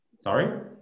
Sorry